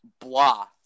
blah